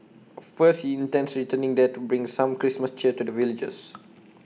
A first he intends returning there to bring some Christmas cheer to the villagers